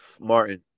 Martin